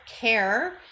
care